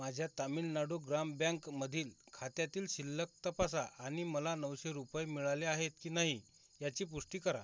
माझ्या तामिलनाडू ग्राम बँकमधील खात्यातील शिल्लक तपासा आणि मला नऊशे रुपये मिळाले आहेत की नाही याची पुष्टी करा